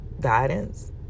guidance